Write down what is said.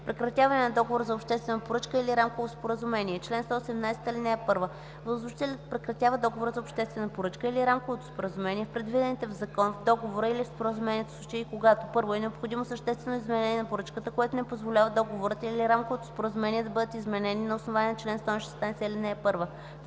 „Прекратяване на договор за обществена поръчка или рамково споразумение Чл. 118. (1) Възложителят прекратява договора за обществена поръчка или рамковото споразумение в предвидените в закон, в договора или споразумението случаи, или когато: 1. е необходимо съществено изменение на поръчката, което не позволява договорът или рамковото споразумение да бъдат изменени на основание чл. 116, ал. 1; 2.